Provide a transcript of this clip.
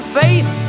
faith